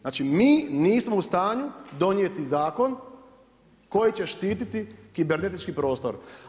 Znači mi nismo u stanju donijeti zakon koji će štititi kibernetički prostor.